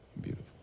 Beautiful